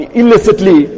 illicitly